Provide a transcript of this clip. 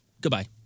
Goodbye